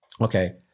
Okay